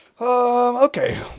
Okay